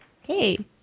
Hey